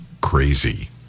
crazy